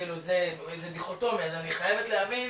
כאילו זה דיכוטומי אז אני חייבת להבין